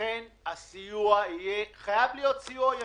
ולכן הסיוע חייב להיות סיוע ישיר,